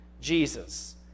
Jesus